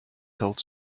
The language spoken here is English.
told